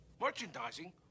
Merchandising